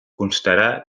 constarà